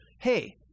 hey